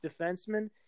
defenseman